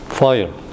Fire